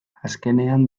azkenean